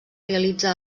realitza